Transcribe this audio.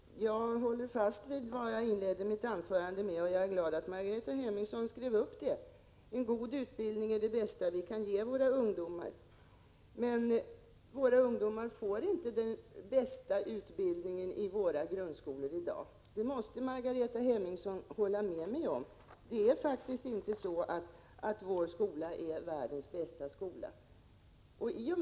Herr talman! Jag håller fast vid det som jag inledde mitt anförande med. Jag är glad att Margareta Hemmingsson skrev upp det. En god utbildning är det bästa vi kan ge våra ungdomar. Men våra ungdomar får inte den bästa utbildningen i våra grundskolor i dag. Det måste Margareta Hemmingsson hålla med mig om. Vår skola är faktiskt inte världens bästa skola.